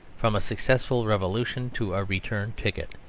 from a successful revolution to a return ticket.